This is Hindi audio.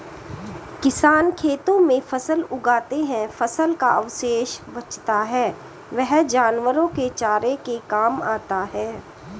किसान खेतों में फसल उगाते है, फसल का अवशेष बचता है वह जानवरों के चारे के काम आता है